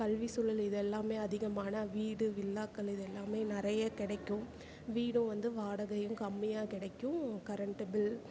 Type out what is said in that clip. கல்வி சூழல் இது எல்லாமே அதிகமான வீடு வில்லாக்கள் இது எல்லாமே நிறைய கிடைக்கும் வீடும் வந்து வாடகையும் கம்மியாக கிடைக்கும் கரண்ட்டு பில்